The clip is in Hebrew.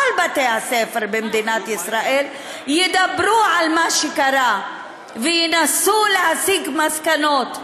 כל בתי הספר במדינת ישראל ידברו על מה שקרה וינסו להסיק מסקנות,